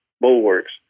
bulwarks